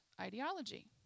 ideology